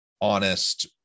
honest